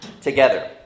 Together